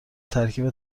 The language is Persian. ترکیب